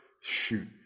shoot